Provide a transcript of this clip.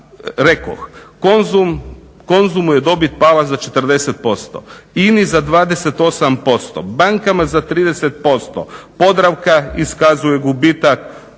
rekoh. Konzumu je dobit pala za 40%, INA-i za 28%, bankama za 30%, Podravka iskazuje gubitak,